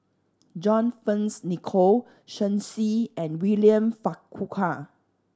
John Fearns Nicoll Shen Xi and William Farquhar